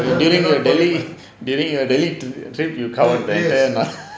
during your delhi during your delhi trip you come out with the entire